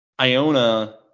Iona